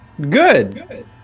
good